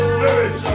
Spirit